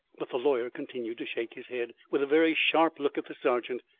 but the lawyer continued to shake his head, with a very sharp look at the sergeant.